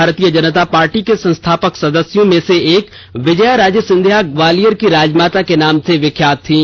भारतीय जनता पार्टी के संस्थापक सदस्यों में से एक विजया राजे सिंधिया ग्वालियर की राजमाता के नाम से विख्यात थीं